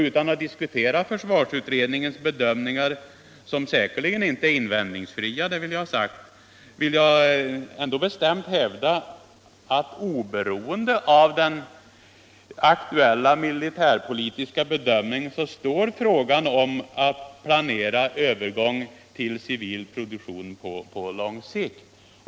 Utan att diskutera försvarsutredningens bedömningar som — det vill jag understryka — säkerligen inte är invändningsfria hävdar jag bestämt att oberoende av den aktuella militärpolitiska bedömningen kvarstår frågan om att planera övergång till civil produktion på lång sikt.